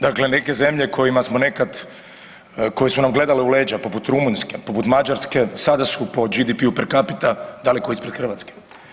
Dakle, neke zemlje kojima smo nekad, koje su nam gledale u leđa poput Rumunjske, poput Mađarske, sada su po GDP per capita daleko ispred Hrvatske.